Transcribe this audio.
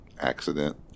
Accident